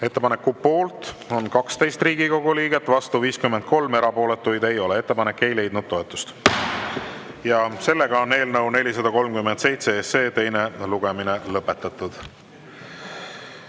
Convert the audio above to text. Ettepaneku poolt on 12 Riigikogu liiget, vastu 53, erapooletuid ei ole. Ettepanek ei leidnud toetust. Eelnõu 437 teine lugemine on lõpetatud.